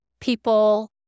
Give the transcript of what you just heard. people